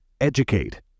Educate